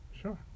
Sure